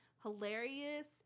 Hilarious